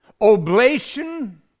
Oblation